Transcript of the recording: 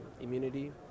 immunity